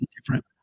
different